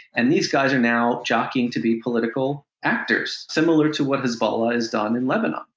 and these guys are now jockeying to be political actors. similar to what hezbollah has done in lebanon.